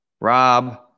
Rob